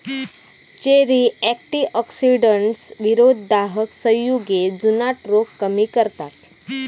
cherry antioxidants, विरोधी दाहक संयुगे, जुनाट रोग कमी करतत